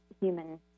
human